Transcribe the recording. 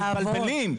אתם מתבלבלים,